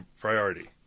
priority